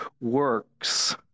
works